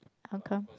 how come